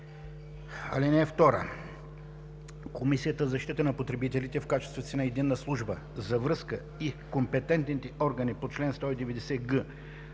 (2) Комисията за защита на потребителите, в качеството си на Единна служба за връзка, и компетентните органи по чл. 190г,